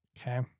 Okay